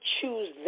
choose